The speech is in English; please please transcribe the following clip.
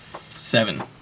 seven